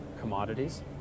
Commodities